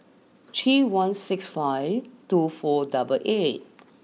three one six five two four double eight